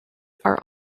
are